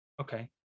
Okay